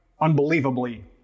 unbelievably